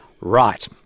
Right